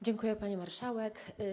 Dziękuję, pani marszałek.